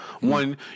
One